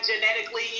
genetically